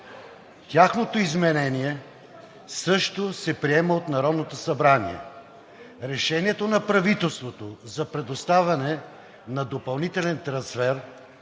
Тяхното изменение също се приема от Народното събрание. Решението на правителството за предоставяне на допълнителен трансфер